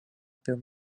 apie